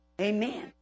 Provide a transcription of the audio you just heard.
Amen